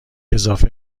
اضافه